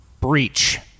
Breach